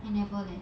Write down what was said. I never leh